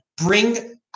bring